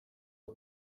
are